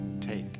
Take